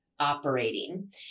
Operating